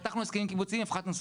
פתחנו הסכמים קיבוציים הפחתנו שכר.